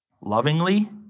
lovingly